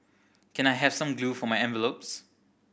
can I have some glue for my envelopes